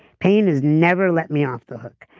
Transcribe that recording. pain has never let me off the hook.